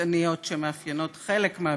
הגזעניות שמאפיינות חלק מהביקורת.